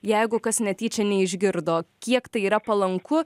jeigu kas netyčia neišgirdo kiek tai yra palanku